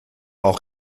auch